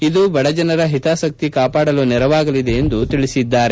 ಇದು ಬಡಜನರ ಹಿತಾಸಕ್ತಿ ಕಾಪಾಡಲು ನೆರವಾಗಲಿದೆ ಎಂದು ತಿಳಿಸಿದ್ದಾರೆ